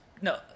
No